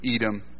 Edom